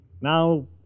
now